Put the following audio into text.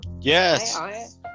Yes